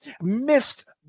missed